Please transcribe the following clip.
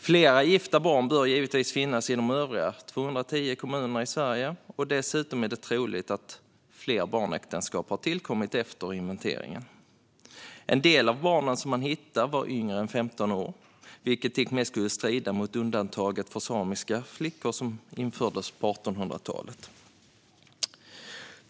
Fler gifta barn bör finnas i de övriga 210 kommunerna i Sverige. Det är dessutom troligt att fler barnäktenskap har tillkommit efter inventeringen. En del av barnen man hittade var yngre än 15 år, vilket till och med skulle strida mot undantaget som infördes för de samiska flickorna på 1800-talet.